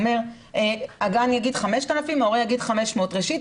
הוא אומר: הגן יגיד 5,000 ההורה יגיד 500. ראשית,